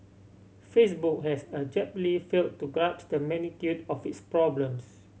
Facebook has abjectly fail to grasp the magnitude of its problems